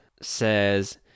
says